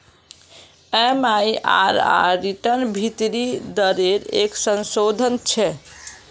MIRR रिटर्नेर भीतरी दरेर एक संशोधन छे